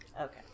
Okay